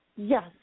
Yes